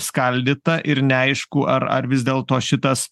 skaldyta ir neaišku ar ar vis dėlto šitas